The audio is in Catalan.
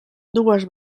dues